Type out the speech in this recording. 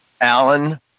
Alan